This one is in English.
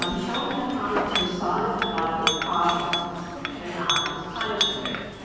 um showing that comets were signs of god's providence and not his punishment.